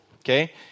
okay